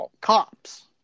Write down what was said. cops